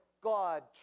God